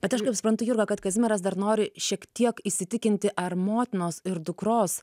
bet aš kaip suprantu jurga kad kazimieras dar nori šiek tiek įsitikinti ar motinos ir dukros